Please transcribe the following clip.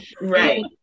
right